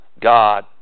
God